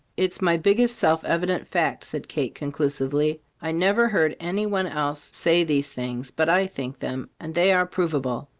it's my biggest self-evident fact, said kate, conclusively. i never heard any one else say these things, but i think them, and they are provable.